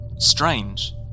strange